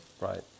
Right